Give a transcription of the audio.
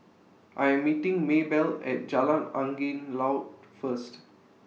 I'm meeting Maybelle At Jalan Angin Laut First